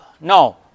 no